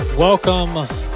Welcome